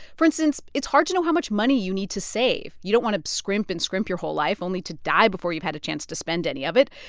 for instance, it's hard to know how much money you need to save. you don't want to scrimp and scrimp your whole life only to die before you've had a chance to spend any of it.